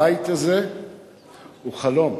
הבית הזה הוא חלום,